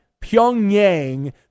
Pyongyang